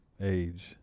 age